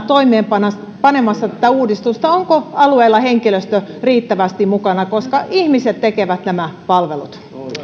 toimeenpanemassa tätä uudistusta ja onko alueilla henkilöstö riittävästi mukana koska ihmiset tekevät nämä palvelut